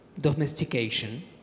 domestication